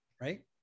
Right